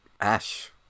Ash